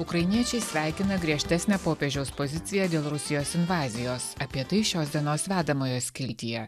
ukrainiečiai sveikina griežtesnę popiežiaus poziciją dėl rusijos invazijos apie tai šios dienos vedamojo skiltyje